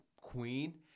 queen